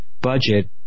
budget